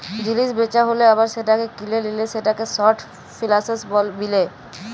জিলিস বেচা হ্যালে আবার সেটাকে কিলে লিলে সেটাকে শর্ট ফেলালস বিলে